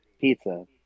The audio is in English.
pizza